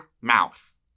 mouth